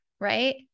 right